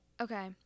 okay